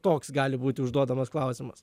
toks gali būti užduodamas klausimas